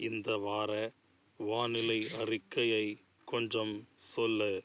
இந்த வார வானிலை அறிக்கையை கொஞ்சம் சொல்